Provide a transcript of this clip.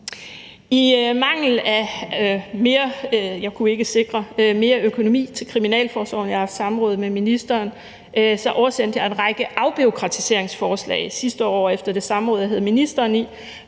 sikre mere økonomi til Kriminalforsorgen, og så oversendte jeg en række afbureaukratiseringsforslag sidste år efter det samråd, jeg havde ministeren i,